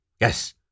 Yes